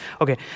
Okay